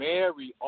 Mary